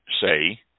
say